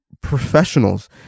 professionals